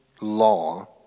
law